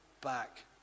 back